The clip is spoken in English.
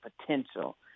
potential